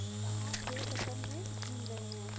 کہاں جو ہے سفر میں گھوم رہے ہیں